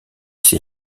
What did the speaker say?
ses